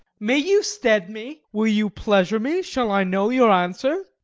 may you stead me? will you pleasure me? shall i know your answer?